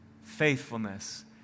Faithfulness